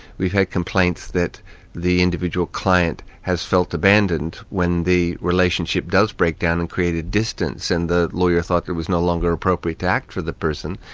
we've had complaints that the individual client has felt abandoned when the relationship does break down and created distance, and the lawyer thought it was no longer appropriate to act for the person,